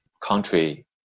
country